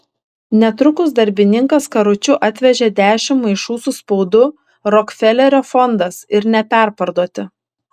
netrukus darbininkas karučiu atvežė dešimt maišų su spaudu rokfelerio fondas ir neperparduoti